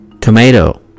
tomato